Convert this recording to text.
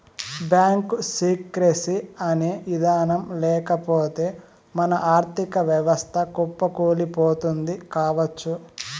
bank secrecy అనే ఇదానం లేకపోతె మన ఆర్ధిక వ్యవస్థ కుప్పకూలిపోతుంది కావచ్చు